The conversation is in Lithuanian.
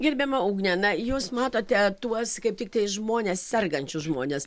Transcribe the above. gerbiama ugne na jūs matote tuos kaip tiktai žmones sergančius žmones